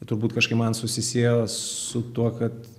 ir turbūt kažkaip man susisiejo su tuo kad